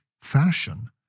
fashion